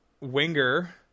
winger